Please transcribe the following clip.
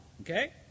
okay